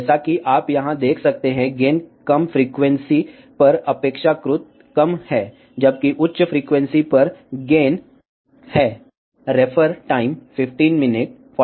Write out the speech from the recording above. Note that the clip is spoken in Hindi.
जैसा कि आप यहां देख सकते हैं गेन कम फ्रीक्वेंसी पर अपेक्षाकृत कम है जबकि उच्च फ्रीक्वेंसी पर गेन है